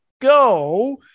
go